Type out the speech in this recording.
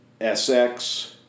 SX